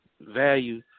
value